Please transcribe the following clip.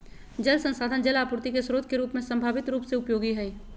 जल संसाधन जल आपूर्ति के स्रोत के रूप में संभावित रूप से उपयोगी हइ